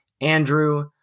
Andrew